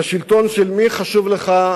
את השלטון של מי חשוב לך